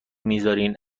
میذارین